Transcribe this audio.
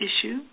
issue